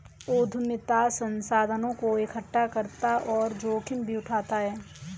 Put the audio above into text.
उद्यमिता संसाधनों को एकठ्ठा करता और जोखिम भी उठाता है